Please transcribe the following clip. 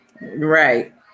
Right